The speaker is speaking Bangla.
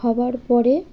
হওয়ার পরে